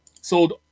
Sold